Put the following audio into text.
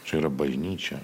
čia yra bažnyčia